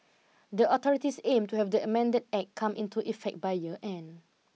the authorities aim to have the amended act come into effect by year end